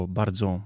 bardzo